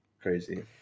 Crazy